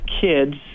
kids